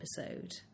episode